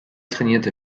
trainierte